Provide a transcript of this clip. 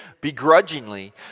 begrudgingly